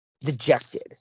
dejected